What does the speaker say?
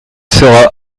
sera